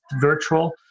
virtual